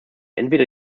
entweder